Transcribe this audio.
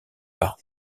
par